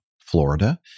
Florida